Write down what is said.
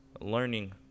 learning